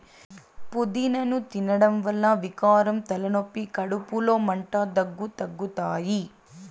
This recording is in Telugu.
పూదినను తినడం వల్ల వికారం, తలనొప్పి, కడుపులో మంట, దగ్గు తగ్గుతాయి